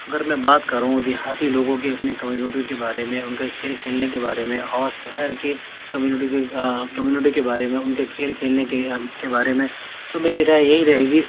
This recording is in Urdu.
اگر میں بات کروں دیہاتی لوگوں کی اپنی کمیونٹی کے بارے میں ان کے کھیل کھیلنے کے بارے میں اور شہر کے کمیونٹی کمیونٹی کے بارے میں ان کے کھیل کھیلنے کے کے بارے میں تو میری رائے یہی رہے گی